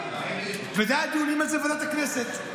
והיו דיונים על זה בוועדת הכנסת.